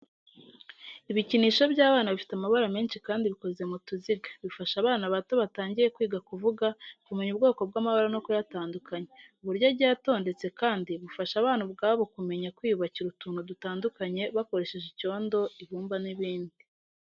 Ibikinisho by’abana bifite amabara menshi kandi bikoze mu tuziga. Bifasha abana bato batangiye kwiga kuvuga, kumenya ubwoko bw'amabara no kuyatandukanya. Uburyo agiye atondetse kandi bufasha abana ubwabo kumenya kwiyubakira utuntu dutandukanye bakoresheje icyondo, ibumba n'ibindi.